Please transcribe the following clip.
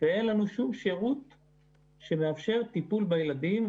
אין לנו שום שירות שמאפשר טיפול בילדים.